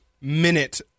minute